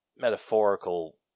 Metaphorical